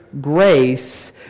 grace